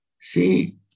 See